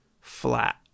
flat